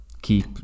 Keep